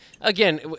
again